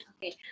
Okay